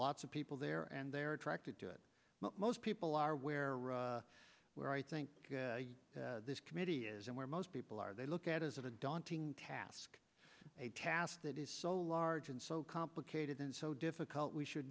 lots of people there and they're attracted to it most people are where where i think this committee is and where most people are they look at is a daunting task a task that is so large and so complicated and so difficult we should